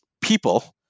people